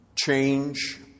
change